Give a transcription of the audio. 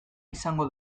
izango